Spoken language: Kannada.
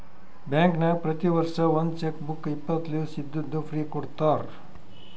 ಬ್ಯಾಂಕ್ನಾಗ್ ಪ್ರತಿ ವರ್ಷ ಒಂದ್ ಚೆಕ್ ಬುಕ್ ಇಪ್ಪತ್ತು ಲೀವ್ಸ್ ಇದ್ದಿದ್ದು ಫ್ರೀ ಕೊಡ್ತಾರ